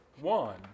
one